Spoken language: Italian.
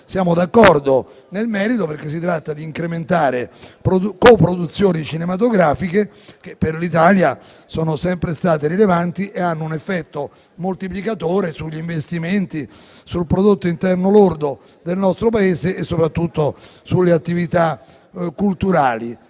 Siamo d'accordo nel merito, perché si tratta di incrementare co-produzioni cinematografiche, che per l'Italia sono sempre state rilevanti e hanno un effetto moltiplicatore sugli investimenti, sul Prodotto interno lordo del nostro Paese e soprattutto sulle attività culturali.